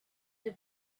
the